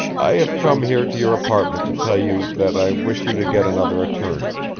i have come here to your apartment to tell you that i wish you to get another attorney.